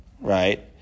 right